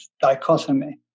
dichotomy